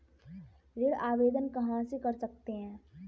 ऋण आवेदन कहां से कर सकते हैं?